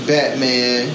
Batman